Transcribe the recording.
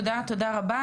תודה רבה.